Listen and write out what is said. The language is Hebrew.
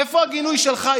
איפה הגינוי שלך,